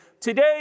Today